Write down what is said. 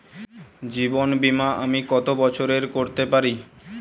জীবন বীমা আমি কতো বছরের করতে পারি?